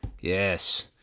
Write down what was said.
Yes